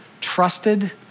trusted